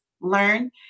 learn